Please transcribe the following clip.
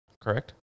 correct